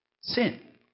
Sin